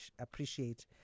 appreciate